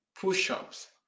push-ups